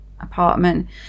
apartment